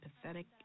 pathetic